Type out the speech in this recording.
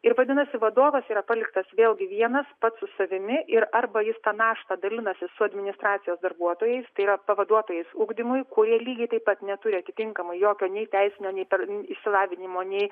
ir vadinasi vadovas yra paliktas vėlgi vienas pats su savimi ir arba jis tą naštą dalinasi su administracijos darbuotojais tai yra pavaduotojais ugdymui kurie lygiai taip pat neturi atitinkamai jokio nei teisinio nei per išsilavinimo nei